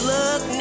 look